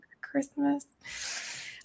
Christmas